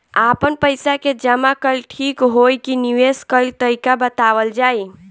आपन पइसा के जमा कइल ठीक होई की निवेस कइल तइका बतावल जाई?